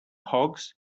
hogs